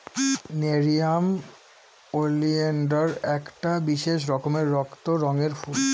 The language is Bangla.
নেরিয়াম ওলিয়েনডার একটা বিশেষ রকমের রক্ত রঙের ফুল